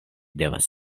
devas